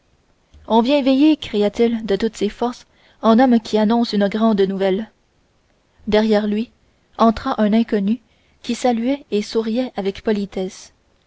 on vient veiller cria-t-il de toutes ses forces en homme qui annonce une grande nouvelle derrière lui entra un inconnu qui saluait et souriait avec politesse